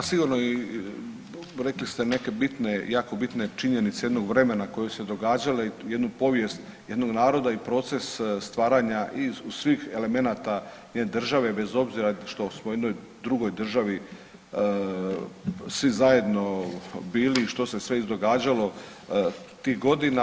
Pa sigurno i rekli ste neke bitne, jako bitne činjenice jednog vremena koje su se događale i jednu povijest jednog naroda i proces stvaranja i svih elemenata jedne države bez obzira što smo u jednoj drugoj državi svi zajedno bili i što se sve izdogađalo tih godina.